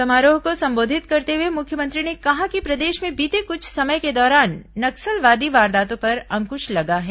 समारोह को संबोधित करते हुए मुख्यमंत्री ने कहा कि प्रदेश में बीते कुछ समय के दौरान नक्सलवादी वारदातों पर अंकुश लगा है